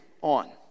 on